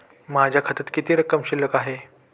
माझ्या खात्यात किती रक्कम शिल्लक आहे?